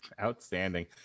outstanding